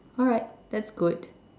alright that's good